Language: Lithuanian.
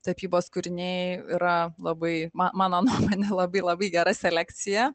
tapybos kūriniai yra labai ma mano nuomone labai labai gera selekcija